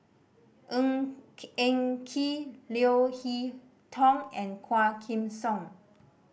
Ng Eng Kee Leo Hee Tong and Quah Kim Song